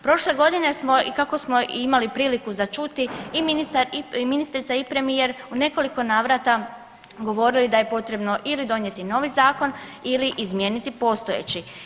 Prošle godine smo i kako smo i imali priliku za čuti i ministrica i premijer u nekoliko navrata govorili da je potrebno ili donijeti novi zakon ili izmijeniti postojeći.